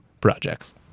projects